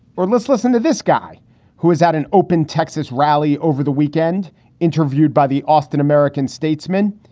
or let's listen to this guy who is at an open texas rally over the weekend interviewed by the austin american-statesman.